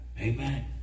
Amen